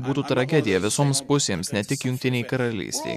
būtų tragedija visoms pusėms ne tik jungtinei karalystei